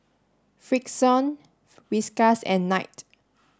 Frixion Whiskas and Knight